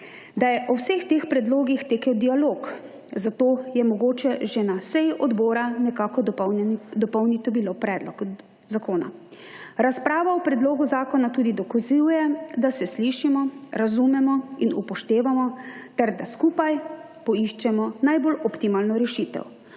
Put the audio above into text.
da je o vseh teh predlogih tekel dialog, zato je mogoče že na seji odbora nekako dopolniti predlog zakona. Razprava o predlogu zakona tudi dokazuje, da se slišimo, razumemo in upoštevamo ter da skupaj poiščemo najbolj optimalno rešitev